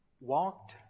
walked